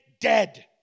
dead